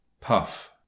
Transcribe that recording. Puff